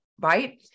right